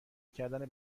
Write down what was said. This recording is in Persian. کردن